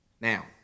Now